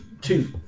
two